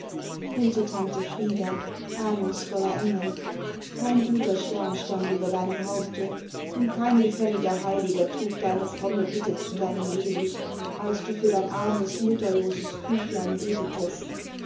gute tante frieda ahnimgsvoller engel kein guter stern stand über deinem haupte und kein gefälliger heiliger trug deine fromme bitte zu deinem jesus als du für dein armes mutterloses küchlein betetest